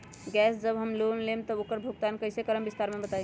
Gas जब हम लोग लेम त उकर भुगतान कइसे करम विस्तार मे बताई?